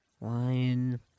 Lion